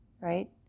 right